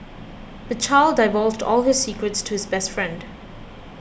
the child divulged all his secrets to his best friend